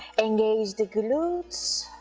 engage the glutes,